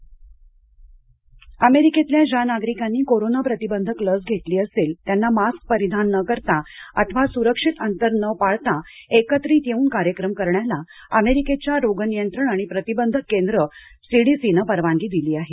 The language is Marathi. अमेरिकन लस अमेरिकेतल्या ज्या नागरिकांनी कोरोंना प्रतिबंधक लस घेतलेली असेल त्यांना मास्क परिधान न करता अथवा सुरक्षित अंतर न पाळता एकत्रित येऊन कार्यक्रम करण्याला अमेरिकेच्या रोग नियंत्रण आणि प्रतिबंधक केंद्र सीडीसीने परवानगी दिली आहे